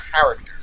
character